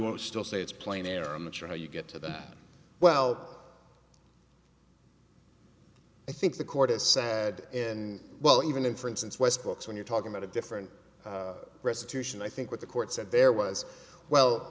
want to still say it's playing there i'm not sure how you get to that well i think the court is sad and well even in for instance westbrook's when you're talking about a different restitution i think what the court said there was well